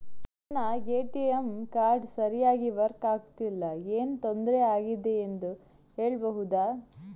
ನನ್ನ ATM card ಸರಿಯಾಗಿ work ಆಗುತ್ತಿಲ್ಲ, ಏನು ತೊಂದ್ರೆ ಆಗಿದೆಯೆಂದು ಹೇಳ್ಬಹುದಾ?